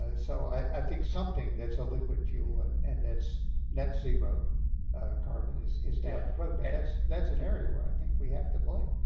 ah so i think something that's a liquid fuel and and that's net-zero carbon is is down the road, but that's that's an area where i think we have to play.